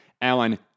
alan